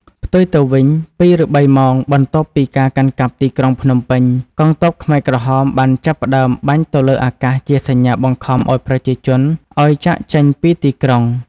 ផ្ទុយទៅវិញ ២ឬ៣ម៉ោងបន្ទាប់ពីកាន់កាប់ទីក្រុងភ្នំពេញ កងទ័ពខ្មែរក្រហមបានចាប់ផ្តើមបាញ់ទៅលើអាកាសជាសញ្ញាបង្ខំឱ្យប្រជាជនឱ្យចាកចេញពីទីក្រុង។